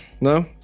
No